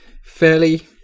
fairly